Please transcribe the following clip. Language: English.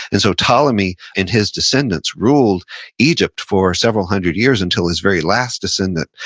and so, ptolemy and his descendants ruled egypt for several hundred years until his very last descendant,